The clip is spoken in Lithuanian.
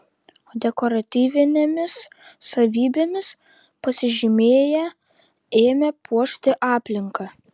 o dekoratyvinėmis savybėmis pasižymėję ėmė puošti aplinką